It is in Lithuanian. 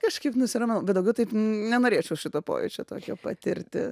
kažkaip nusimanau bet daugiau taip nenorėčiau šito pojūčio tokio patirti